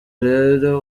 rero